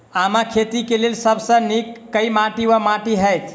आमक खेती केँ लेल सब सऽ नीक केँ माटि वा माटि हेतै?